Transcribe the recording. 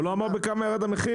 אבל הוא עוד לא אמר בכמה ירד המחיר,